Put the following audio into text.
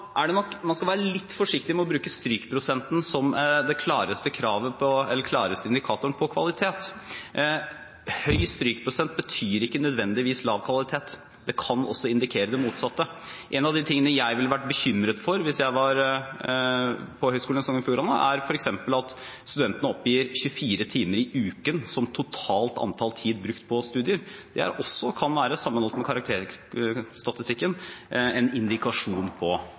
er gode på bachelor, på gjennomføring av bachelor. Man skal være litt forsiktig med å bruke strykprosenten som den klareste indikatoren på kvalitet. Høy strykprosent betyr ikke nødvendigvis lav kvalitet. Det kan også indikere det motsatte. En av de tingene jeg ville vært bekymret for hvis jeg var på Høgskulen i Sogn og Fjordane, er f.eks. at studentene oppgir 24 timer i uken som totalt antall tid brukt på studier. Det kan også – sammenholdt med karakterstatistikken – være en indikasjon på